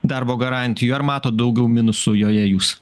darbo garantijų ar matot daugiau minusų joje jūs